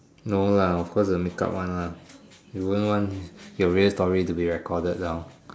no lah of course the make-up one ah you won't want your real story to be recorded down